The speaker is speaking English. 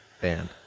band